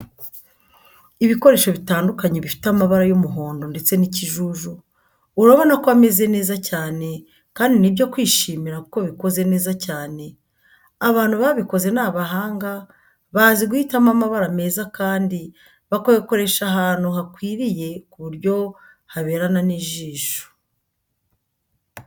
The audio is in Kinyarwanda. Ibikoresho bitandukanye bifite amabara y'umuhondo ndetse n'ikijuju, urabona ko ameze neza cyane kandi ni ibyo kwishimira kuko bikoze neza cyane, abantu babikoze ni abahanga bazi guhitamo amabara meza kandi bakayakoresha ahantu hakwiriye ku buryo haberana n'ijisho.